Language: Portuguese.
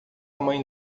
mãe